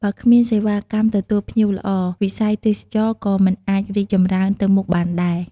បើគ្មានសេវាកម្មទទួលភ្ញៀវល្អ វិស័យទេសចរណ៍ក៏មិនអាចរីកចម្រើនទៅមុខបានដែរ។